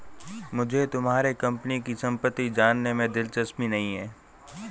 मुझे तुम्हारे कंपनी की सम्पत्ति जानने में दिलचस्पी नहीं है